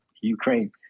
Ukraine